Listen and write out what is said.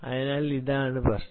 അതിനാൽ ഇതാണ് പ്രശ്നം